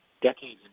decades